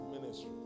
ministry